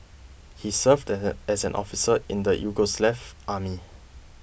he served as an officer in the Yugoslav army